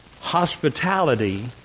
hospitality